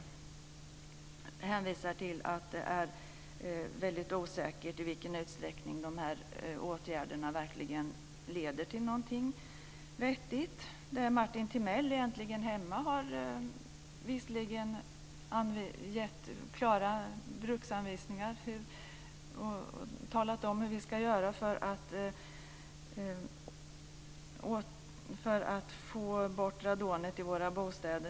De hänvisar till att det är väldigt osäkert i vilken utsträckning dessa åtgärder verkligen leder till någonting vettigt. Martin Timell i Äntligen hemma har visserligen gett klara bruksanvisningar och talat om hur vi ska göra för att få bort radonet i våra bostäder.